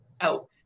out